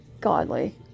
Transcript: godly